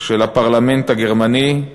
של הפרלמנט הגרמני,